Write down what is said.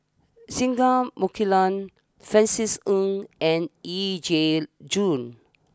Singai Mukilan Francis Ng and Yee Jenn Jong